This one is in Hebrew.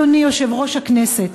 אדוני יושב-ראש הכנסת,